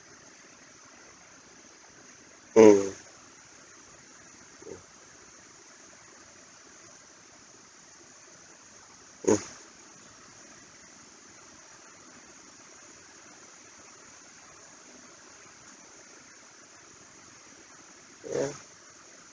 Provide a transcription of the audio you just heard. mm uh mm ya